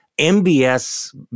MBS